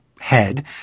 head